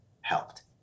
helped